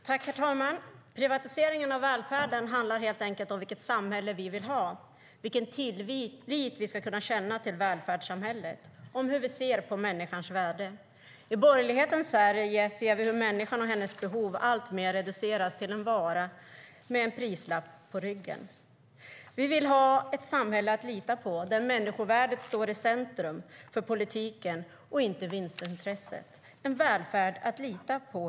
Herr talman! Privatiseringen av välfärden handlar helt enkelt om vilket samhälle vi vill ha, vilken tillit vi ska kunna känna till välfärdssamhället och om hur vi ser på människans värde. I borgerlighetens Sverige ser vi hur människan och hennes behov alltmer reduceras till en vara med en prislapp på ryggen. Vi vill ha ett samhälle att lita på där människovärdet står i centrum för politiken och inte vinstintresset - helt enkelt en välfärd att lita på.